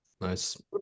Nice